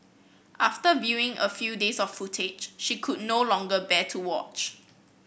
after viewing a few days of footage she could no longer bear to watch